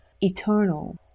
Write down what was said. eternal